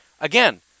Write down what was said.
again